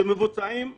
שמבוצעים צ'יק-צ'אק.